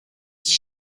dit